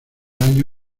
año